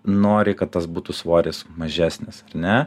nori kad tas būtų svoris mažesnis ar ne